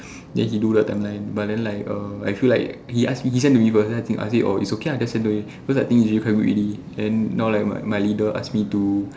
then he do the timeline but then like uh I feel like he ask he send to me first then I think ask me oh it's okay lah just send to me cause I think he did quite good already and now like my my leader ask me to